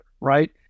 right